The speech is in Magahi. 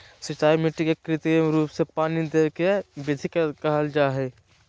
सिंचाई मिट्टी के कृत्रिम रूप से पानी देवय के विधि के कहल जा हई